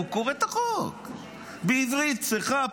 הוא קורא את החוק בעברית צחה,